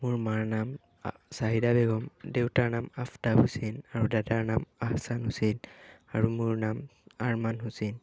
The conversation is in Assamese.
মোৰ মাৰ নাম ছাহিদা বেগম দেউতাৰ নাম আফতাব হুছেইন আৰু দাদাৰ নাম আফজান হুছেইন আৰু মোৰ নাম আৰমান হুছেইন